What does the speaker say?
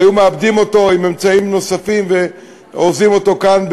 והיו מעבדים אותה עם אמצעים נוספים ואורזים אותה כאן,